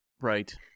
Right